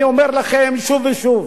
אני אומר לכם שוב ושוב,